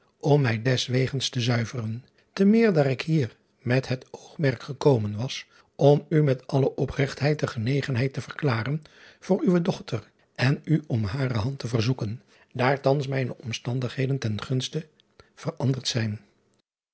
om mij deswegens te zuiveren te meer daar ik hier met het oogmerk gekomen was om u met alle opregtheid de genegenheid te verklaren voor uwe dochter en u om hare hand te verzoeken daar thans mijne omstandigheden ten gunstigste veranderd zijn